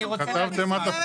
אני רוצה להגיד משהו.